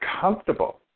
comfortable